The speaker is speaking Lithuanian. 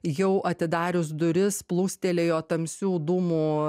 jau atidarius duris plūstelėjo tamsių dūmų